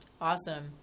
Awesome